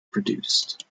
produced